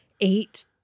eight